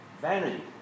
vanity